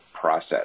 process